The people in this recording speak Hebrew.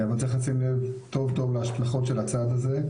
אבל צריך לשים לב להשלכות של הצעד הזה,